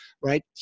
right